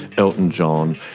elton john,